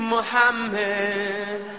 Muhammad